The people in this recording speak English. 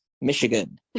Michigan